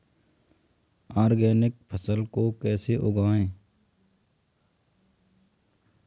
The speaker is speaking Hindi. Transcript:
ऑर्गेनिक फसल को कैसे उगाएँ?